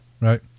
Right